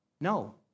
No